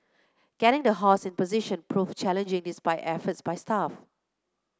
getting the horse in position proved challenging despite efforts by staff